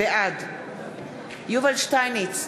בעד יובל שטייניץ,